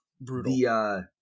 brutal